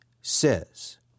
says